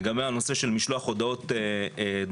לגבי הנושא של משלוח הודעות דרישה,